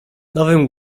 nowym